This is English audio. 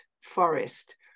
forest